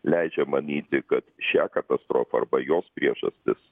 leidžia manyti kad šią katastrofą arba jos priežastis